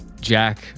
Jack